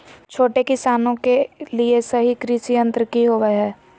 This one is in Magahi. छोटे किसानों के लिए सही कृषि यंत्र कि होवय हैय?